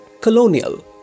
colonial